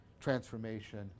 transformation